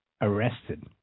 arrested